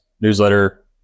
newsletter